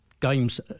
games